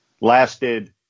lasted